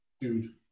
dude